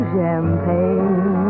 Champagne